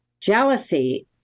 jealousy